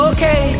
Okay